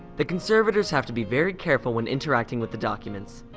the conservators have to be very careful when interacting with the documents.